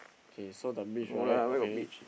okay so the beach right okay